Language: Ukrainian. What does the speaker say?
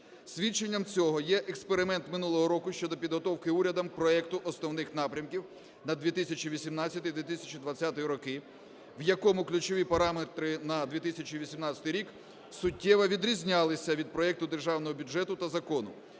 Свідченням цього є експеримент минулого року щодо підготовки урядом проекту основних напрямків на 2018-2020 роки, в якому ключові параметри на 2018 рік суттєво відрізнялися від проекту Державного бюджету та закону,